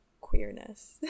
queerness